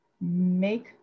make